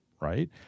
right